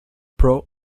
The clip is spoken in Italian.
pro